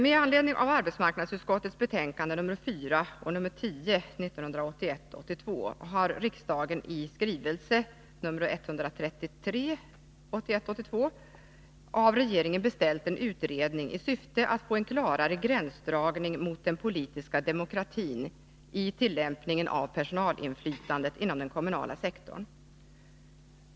Med anledning av arbetsmarknadsutskottets betänkanden 1981 82:133 av regeringen beställt en utredning i syfte att få en klarare gränsdragning mot den politiska demokratin i tillämpningen av personalinflytandet inom den kommunala sektorn.